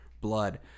blood